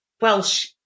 Welsh